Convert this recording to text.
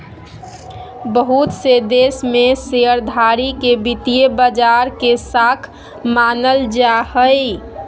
बहुत से देश में शेयरधारी के वित्तीय बाजार के शाख मानल जा हय